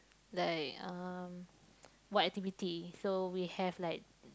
like um what activity so we have like